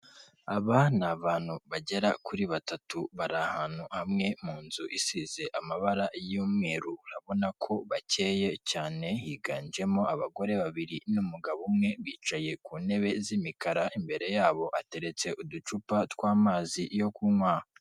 Aba ni abantu bagera kuri batatu, bari ahantu hamwe mu nzu isize amabara y'umweru, urabona ko bakeye cyane, higanjemo abagore babiri n'umugabo umwe, bicaye ku ntebe z'imikara, imbere yabo hateretse uducupa tw'amazi yo kunywa.